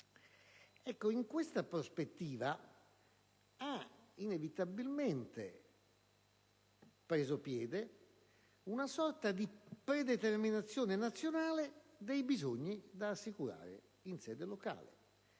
e Gustavino - ha inevitabilmente preso piede una sorta di predeterminazione nazionale dei bisogni da assicurare in sede locale,